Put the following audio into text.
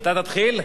אתה תתחיל?